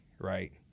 right